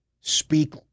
speak